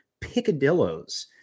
picadillos